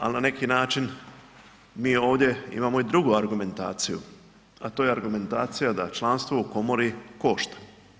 Ali na neki način mi imamo ovdje i drugu argumentaciju, a to je argumentacija da članstvo u komori košta.